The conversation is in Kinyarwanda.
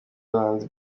bahanzi